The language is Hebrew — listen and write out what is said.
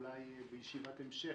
אולי בישיבת המשך,